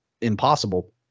impossible